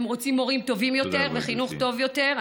הם רוצים מורים טובים יותר וחינוך טוב יותר.